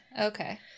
Okay